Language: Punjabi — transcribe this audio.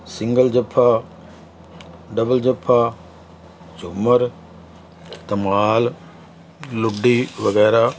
ਸਿੰਗਲ ਜੱਫਾ ਡਬਲ ਜੱਫਾ ਝੂੰਮਰ ਧਮਾਲ ਲੁੱਡੀ ਵਗੈਰਾ